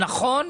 זה נכון,